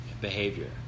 behavior